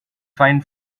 find